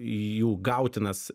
jų gautinas